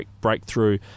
breakthrough